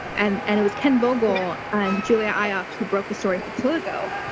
and and it was ken vogel on julia ioffe who broke the story for politico,